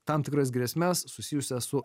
tam tikras grėsmes susijusias su